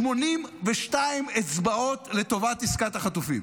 82 אצבעות לטובת עסקת החטופים.